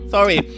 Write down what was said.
Sorry